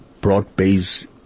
broad-based